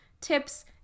tips